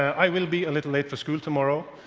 i will be a little late for school tomorrow.